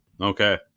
Okay